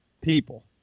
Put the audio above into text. people